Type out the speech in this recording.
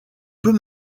peut